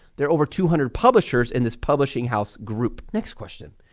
there are over two hundred publishers in this publishing house group. next question.